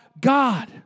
God